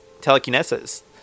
telekinesis